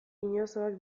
inozoak